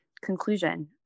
conclusion